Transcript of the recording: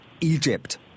Egypt